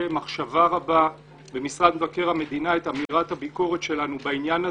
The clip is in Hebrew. מחשבה רבה במשרד מבקר המדינה את אמירת הביקורת שלנו בעניין הזה,